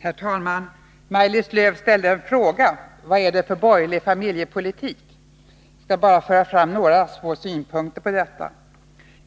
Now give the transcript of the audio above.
Herr talman! Maj-Lis Lööw ställde en fråga: Vad är borgerlig familjepolitik? Jag skall bara föra fram några få synpunkter på detta.